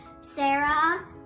Sarah